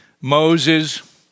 Moses